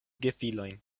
gefilojn